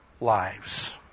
lives